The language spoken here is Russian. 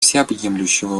всеобъемлющего